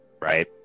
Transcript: right